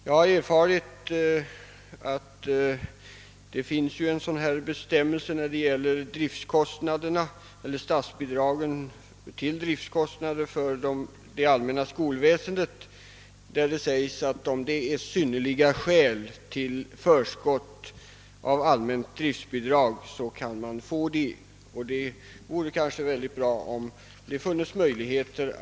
Jag har erfarit att det finns en bestämmelse i fråga om statsbidragen till driftskostnader för det allmänna skolväsendet, enligt vilken förskott till allmänt driftbidrag kan utgå, om det är synnerliga skäl till det.